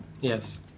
Yes